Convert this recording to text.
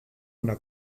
una